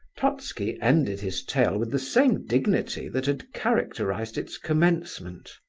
totski ended his tale with the same dignity that had characterized its commencement.